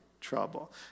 trouble